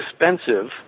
expensive